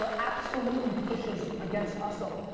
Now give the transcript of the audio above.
so absolutely pushes against hustle.